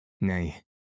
Nay